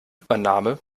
übernahme